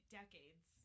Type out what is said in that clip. decades